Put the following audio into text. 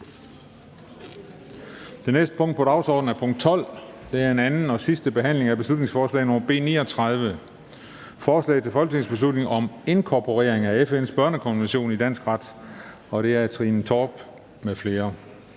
Det næste punkt på dagsordenen er: 12) 2. (sidste) behandling af beslutningsforslag nr. B 39: Forslag til folketingsbeslutning om inkorporering af FN's børnekonvention i dansk ret. Af Trine Torp (SF) m.fl.